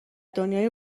دنیای